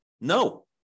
No